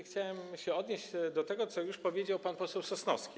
Chciałem się odnieść do tego, co już powiedział pan poseł Sosnowski.